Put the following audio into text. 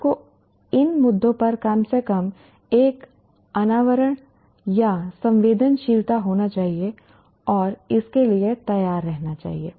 आपको इन मुद्दों पर कम से कम एक अनावरण या संवेदनशीलता होना चाहिए और इसके लिए तैयार रहना चाहिए